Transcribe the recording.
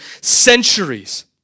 centuries